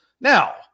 now